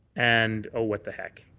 and ah what the heck.